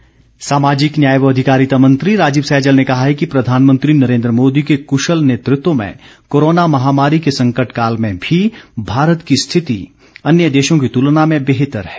सैजल सामाजिक न्याय व अधिकारिता मंत्री राजीव सैजल ने कहा है कि प्रधानमंत्री नरेन्द्र मोदी के कूशल नेतृत्व में कोरोना महामारी के संकटकाल में भी भारत की स्थिति अन्य देशों की तुलना में बेहतर है